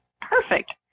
perfect